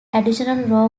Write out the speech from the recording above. additional